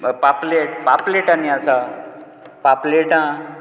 पापलेट पापलेट आनी आसा पापलेटां